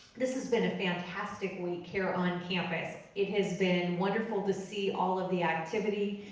this has been a fantastic week, here on campus. it has been wonderful to see all of the activity.